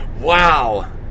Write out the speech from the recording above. Wow